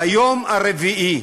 ביום הרביעי,